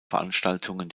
veranstaltungen